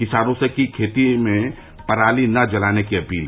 किसानों से की खेतों में पराली न जलाने की अपील